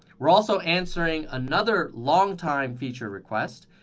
we're also answering another long-time feature request,